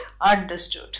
understood